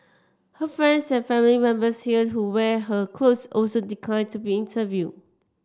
her friends and family members here who wear her clothes also declined to be interviewed